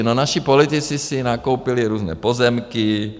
No, naši politici si nakoupili různé pozemky.